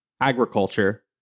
agriculture